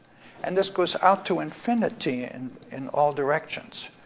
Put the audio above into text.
and this goes out to infinity and in all directions.